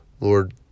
Lord